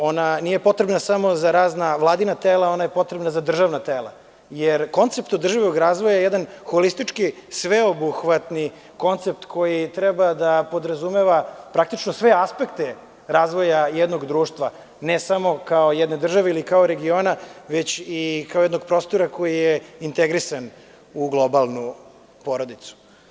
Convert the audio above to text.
Ona nije potrebna samo za razna Vladina tela, ona je potrebna za državna tela, jer koncept održivog razvoja je jedan holistički sveobuhvatni koncept koji treba da podrazumeva praktično sve aspekte razvoja jednog društva, ne samo kao jedne države ili kao regiona, već i kao jednog prostora koji je integrisan u globalnu porodicu.